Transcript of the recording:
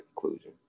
conclusion